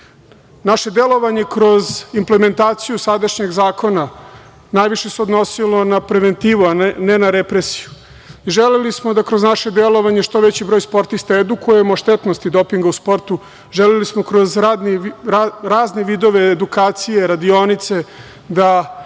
delovanje kroz implementaciju sadašnjeg zakona najviše se odnosilo na preventivu, a ne na represiju. Želeli smo da kroz naše delovanje što veći broj sportista edukujemo o štetnosti dopinga u sportu. Želeli smo da kroz naše delovanje što veći